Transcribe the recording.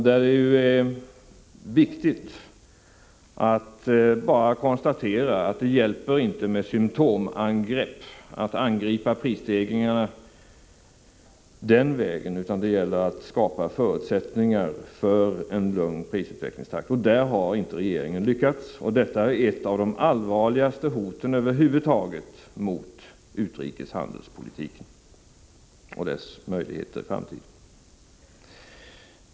Det är viktigt att konstatera att det inte hjälper med symtomangrepp, att angripa prisstegringarna t.ex. den vägen, utan det gäller att skapa förutsättningar för en lugn prisutvecklingstakt. Där har regeringen inte lyckats. Detta är ett av de allvarligaste hoten över huvud taget mot utrikeshandeln i framtiden.